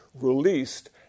released